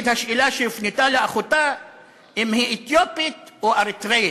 היא מחתה נגד השאלה שהופנתה לאחותה אם היא אתיופית או אריתריאית.